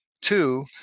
two